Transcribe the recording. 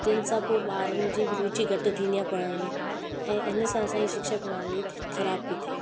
जिन सां पोइ ॿारनि जी बि रुचि घटि थींदी आहे पढ़ण में ऐं हिन सां असांजी शिक्षा प्रणाली ख़राब पई थिए